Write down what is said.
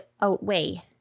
outweigh